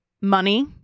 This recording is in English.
money